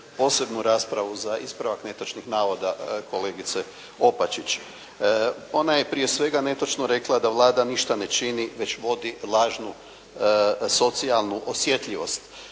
posebnu raspravu za ispravak netočnih navoda kolegice Opačić. Ona je prije svega netočno rekla da Vlada ništa ne čini već vodi lažnu socijalnu osjetljivost.